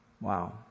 Wow